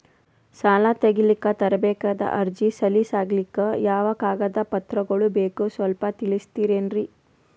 ಸಾಲ ತೆಗಿಲಿಕ್ಕ ತರಬೇಕಾದ ಅರ್ಜಿ ಸಲೀಸ್ ಆಗ್ಲಿಕ್ಕಿ ಯಾವ ಕಾಗದ ಪತ್ರಗಳು ಬೇಕು ಸ್ವಲ್ಪ ತಿಳಿಸತಿರೆನ್ರಿ?